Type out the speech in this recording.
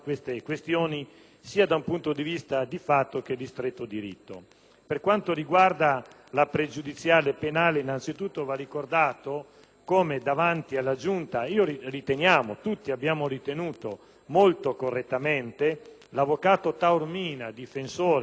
Per quanto riguarda la questione pregiudiziale penale, va innanzitutto ricordato che davanti alla Giunta - e tutti abbiamo ritenuto molto correttamente - l'avvocato Taormina, difensore del senatore Di Girolamo, rinunciò alla pregiudiziale penale.